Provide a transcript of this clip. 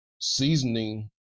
seasoning